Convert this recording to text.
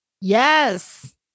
Yes